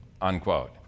unquote